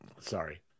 Sorry